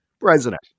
president